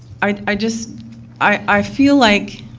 i just i feel like